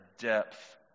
depth